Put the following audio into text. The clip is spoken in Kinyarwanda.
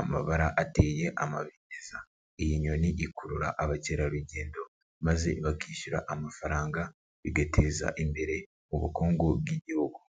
amabara ateye amabengeza, iyi nyoni ikurura abakerarugendo maze bakishyura amafaranga bigateza imbere ubukungu bw'Igihugu.